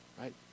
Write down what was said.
Right